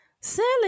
Selling